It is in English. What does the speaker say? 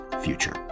Future